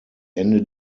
ende